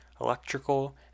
electrical